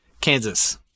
Kansas